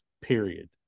period